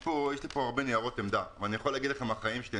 יש לי פה הרבה ניירות עמדה ואני יכול לספר לכם מניסיוני.